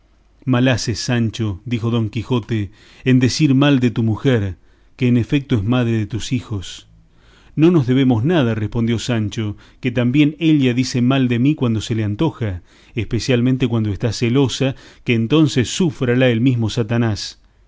mal haces sancho dijo don quijote en decir mal de tu mujer que en efecto es madre de tus hijos no nos debemos nada respondió sancho que también ella dice mal de mí cuando se le antoja especialmente cuando está celosa que entonces súfrala el mesmo satanás